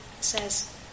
says